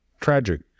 tragic